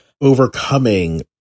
overcoming